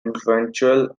influential